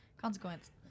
consequence